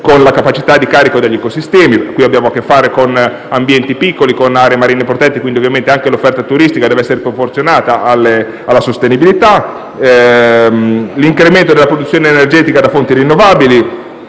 con la capacità di carico degli ecosistemi, poiché abbiamo a che fare con ambienti piccoli, con aree marine protette, quindi ovviamente anche l'offerta turistica deve essere proporzionata alla sostenibilità; l'incremento della produzione energetica da fonti rinnovabili